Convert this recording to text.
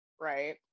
right